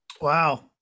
Wow